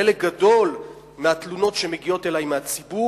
חלק גדול מהתלונות שמגיעות אלי מהציבור